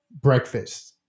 breakfast